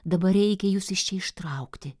dabar reikia jus iš čia ištraukti